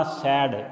sad